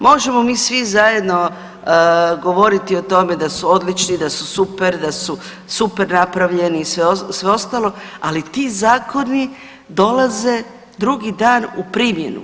Možemo mi svi zajedno govoriti o tome da su odlični, da su super, da su super napravljeni i sve ostalo, ali ti zakoni dolaze drugi dan u primjenu.